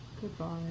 Goodbye